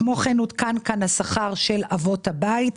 כמו כן, עודכן כאן השכר של אבות הבית.